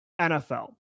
NFL